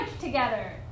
together